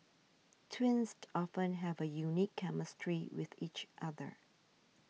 twins often have a unique chemistry with each other